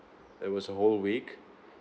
it was a whole week